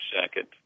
second